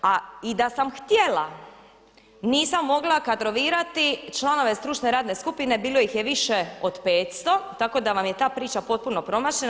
A i da sam htjela nisam mogla kadrovirati članove stručne radne skupine, bilo ih je više od 500, tako da vam je ta priča potpuno promašena.